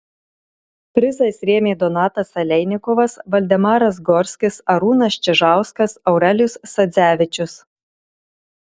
prizais rėmė donatas aleinikovas valdemaras gorskis arūnas čižauskas aurelijus sadzevičius